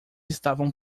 estavam